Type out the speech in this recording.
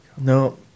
No